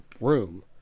room